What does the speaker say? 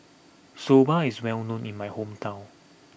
Soba is well known in my hometown